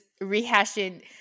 rehashing